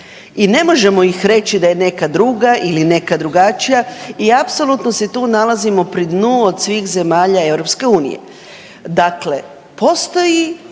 i ne možemo ih reći da je neka druga ili neka drugačija i apsolutno se tu nalazimo pri dnu od svih zemalja EU. Dakle, postoji